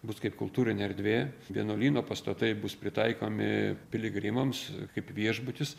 bus kaip kultūrinė erdvė vienuolyno pastatai bus pritaikomi piligrimams kaip viešbutis